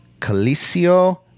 Calicio